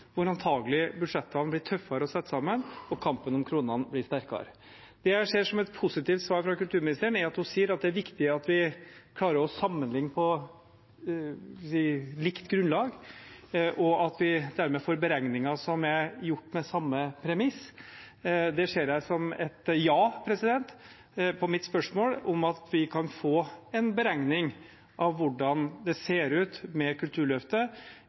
budsjettene antakelig blir tøffere å sette sammen, og kampen om kronene blir hardere. Det jeg ser som et positivt svar fra kulturministeren, er at hun sier det er viktig at vi klarer å sammenligne på likt grunnlag, og at vi dermed får beregninger som er gjort etter samme premiss. Det ser jeg som et ja på mitt spørsmål om at vi kan få en beregning av hvordan det ser ut med Kulturløftet,